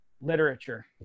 literature